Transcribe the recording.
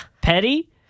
Petty